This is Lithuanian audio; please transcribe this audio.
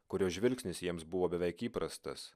kurio žvilgsnis jiems buvo beveik įprastas